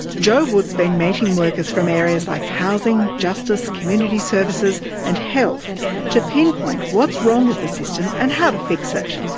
jo wood's been meeting workers from areas like housing, justice, community services and health to pinpoint what's wrong with the system and how to fix it.